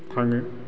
थाङो